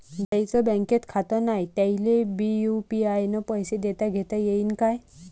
ज्याईचं बँकेत खातं नाय त्याईले बी यू.पी.आय न पैसे देताघेता येईन काय?